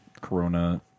corona